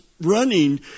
running